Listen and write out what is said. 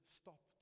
stop